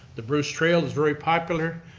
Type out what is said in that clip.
the bruce trail is very popular,